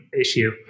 issue